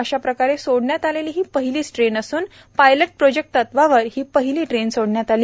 अश्या प्रकारे सोडण्यात आलेली हि पहिलीच ट्रेन असून पायलट प्रोजेक्ट तत्वावर ही पहिली ट्रेन सोडण्यात आली